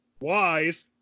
wise